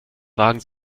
wagen